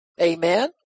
Amen